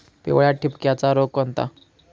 पिवळ्या ठिपक्याचा रोग कोणता?